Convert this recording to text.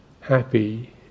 happy